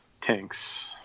tanks